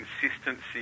consistency